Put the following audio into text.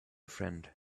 friend